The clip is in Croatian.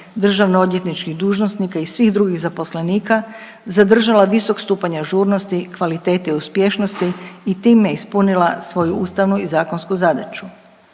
državno odvjetničkih dužnosnika i svih drugih zaposlenika zadržala visok stupanj ažurnosti, kvalitete i uspješnosti i time ispunila svoju ustavnu i zakonsku zadaću.